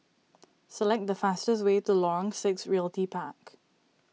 select the fastest way to Lorong six Realty Park